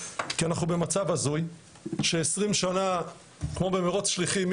כי אנחנו במצב הזוי ש-20 שנה כמו במרוץ שליחים,